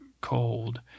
cold